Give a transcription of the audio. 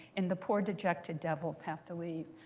and the poor dejected devils have to we.